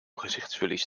gezichtsverlies